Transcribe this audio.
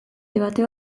debate